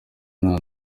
nta